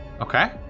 Okay